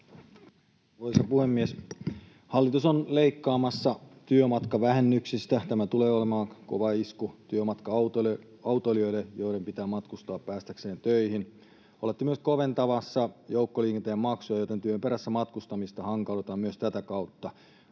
Arvoisa puhemies! Hallitus on leikkaamassa työmatkavähennyksistä, ja tämä tulee olemaan kova isku työmatka-autoilijoille, joiden pitää matkustaa päästäkseen töihin. Olette myös koventamassa joukkoliikenteen maksuja, joten työn perässä matkustamista hankaloitetaan myös tätä kautta.